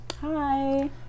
Hi